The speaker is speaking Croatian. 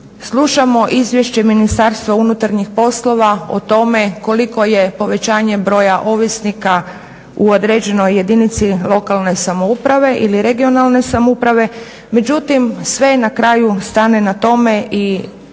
slušamo Izvješće Ministarstva unutarnjih poslova o tome koliko je povećanje broja ovisnika u određenoj jedinici lokalne samouprave ili regionalne samouprave, međutim sve na kraju stane na tome i